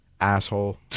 asshole